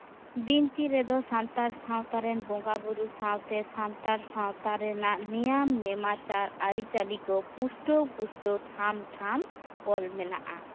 ᱵᱤᱱᱛᱤ ᱨᱮᱫᱚ ᱥᱟᱱᱛᱟᱲ ᱥᱟᱶᱛᱟᱨᱮᱱ ᱵᱚᱸᱜᱟ ᱵᱳᱨᱳ ᱥᱟᱶᱛᱮ ᱥᱟᱱᱛᱟᱲ ᱥᱟᱶᱛᱟᱨᱮ ᱢᱮᱱᱟᱜ ᱱᱤᱭᱚᱢ ᱱᱮᱢᱟᱪᱟᱨ ᱟᱹᱨᱤᱪᱟᱹᱞᱤ ᱠᱚ ᱯᱩᱥᱴᱟᱹᱣ ᱯᱩᱥᱴᱟᱹᱣ ᱴᱷᱟᱢ ᱴᱷᱟᱢ ᱚᱞ ᱢᱮᱱᱟᱜᱼᱟ